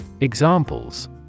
Examples